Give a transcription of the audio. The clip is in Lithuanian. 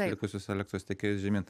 likusius elektros tiekėjus žemyn